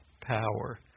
power